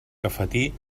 cafetí